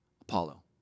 Apollo